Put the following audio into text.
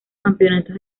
campeonatos